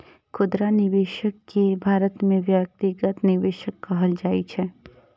खुदरा निवेशक कें भारत मे व्यक्तिगत निवेशक कहल जाइ छै